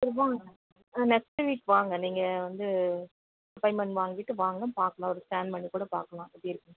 சரி வாங்க ஆ நெக்ஸ்ட்டு வீக் வாங்க நீங்கள் வந்து அப்பாயிண்ட்மெண்ட் வாங்கிட்டு வாங்க பார்க்கலாம் ஒரு ஸ்கேன் பண்ணிக்கூட பார்க்கலாம் எப்படி இருக்குதுன்ட்டு